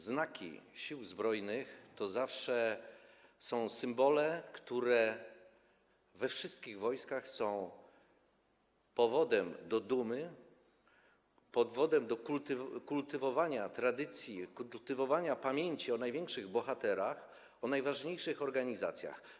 Znaki Sił Zbrojnych to zawsze są symbole, które we wszystkich wojskach są powodem do dumy, powodem do kultywowania tradycji, kultywowania pamięci o największych bohaterach, o najważniejszych organizacjach.